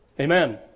Amen